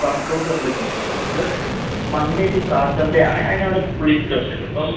workout നമ്മള് ചെയ്യണം അപ്പോള് നമ്മള് മൺഡേ റ്റു സാറ്റർഡേ ആണെങ്കില് അതിനൊരു സ്പ്ലിറ്റുണ്ട് ഇപ്പം